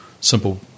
simple